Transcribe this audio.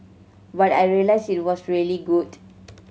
but I realised it was really good